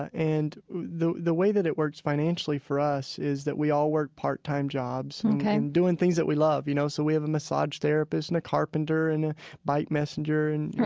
ah and the the way that it works financially for us is that we all work part-time jobs and kind of doing things that we love, you know? so we have a massage therapist and a carpenter and a bike messenger and,